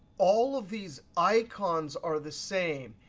all of these icons are the same.